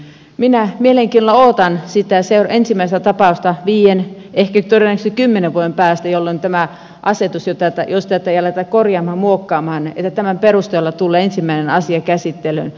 minä mielenkiinnolla odotan sitä ensimmäistä tapausta viiden ehkä todennäköisesti kymmenen vuoden päästä jolloin tämä asetus jo tätä juste pelätä korjama muokkaamaan ja tämän asetuksen perusteella tulee ensimmäinen asia käsittelyyn jos tätä ei aleta korjaamaan muokkaamaan